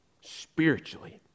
spiritually